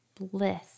bliss